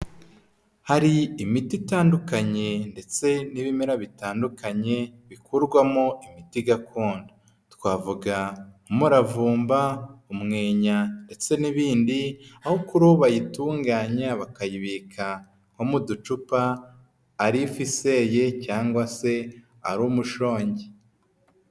Hari imiti itandukanye, ndetse n'ibimera bitandukanye, bikorwamo imiti gakondo, twavuga umuvumba, umwenya, ndetse n'ibindi aho kuri ubu bayitunganya, bakayibikamo uducupa ari ifu iseye cyangwa se ari umushongi.